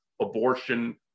abortion